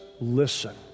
listen